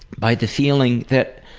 by the feeling that